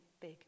big